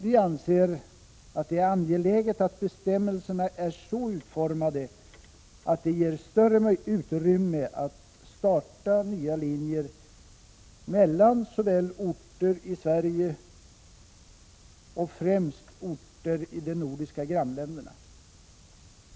Vi anser att det är angeläget att bestämmelserna är så utformade att de ger större utrymme att starta nya linjer såväl mellan orter i Sverige som till orter i främst de nordiska grannländerna.